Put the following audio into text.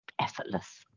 effortless